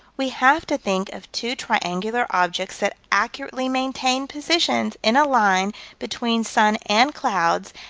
we have to think of two triangular objects that accurately maintained positions in a line between sun and clouds,